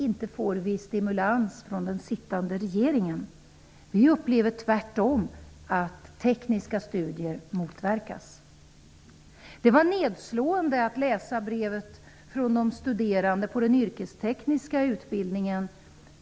Inte får vi stimulans från den sittande regeringen. Vi upplever tvärtom att tekniska studier motverkas. Det var nedslående att läsa brevet från de studerande på den yrkestekniska utbildningen.